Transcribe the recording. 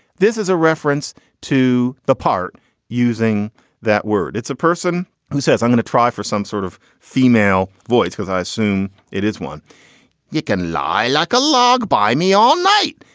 this is a reference to the part using that word. it's a person who says i'm going to try for some sort of female voice because i assume it is one you can lie like a log by me all night.